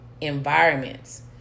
environments